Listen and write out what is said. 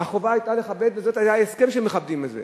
החובה היתה לכבד, והיה הסכם שמכבדים את זה.